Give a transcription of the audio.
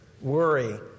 worry